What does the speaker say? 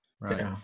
Right